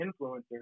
influencers